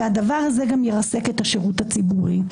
והדבר הזה גם ירסק את השירות הציבורי.